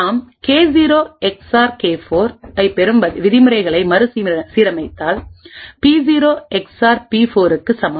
நாம் கே0 எக்ஸ்ஆர் கே4 ஐப்பெறும் விதிமுறைகளை மறுசீரமைத்தால் பி0 எக்ஸ்ஆர் பி4 க்கு சமம்